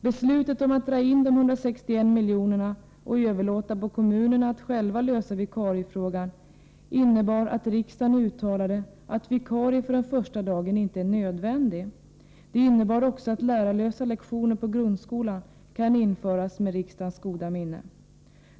Beslutet om att dra in de 161 miljonerna och överlåta på kommunerna att själva lösa vikariefrågan innebar att riksdagen uttalade att vikarie för den första dagen inte är nödvändig. Det innebar också att lärarlösa lektioner på grundskolan kan införas med riksdagens goda minne.